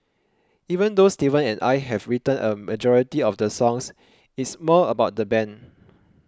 even though Steven and I have written a majority of the songs it's more about the band